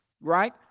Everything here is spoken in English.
Right